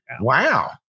Wow